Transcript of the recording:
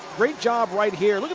great job right here.